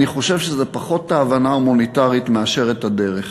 אני חושב שזה פחות את ההבנה המוניטרית מאשר את הדרך,